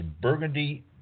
burgundy